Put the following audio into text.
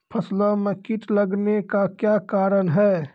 फसलो मे कीट लगने का क्या कारण है?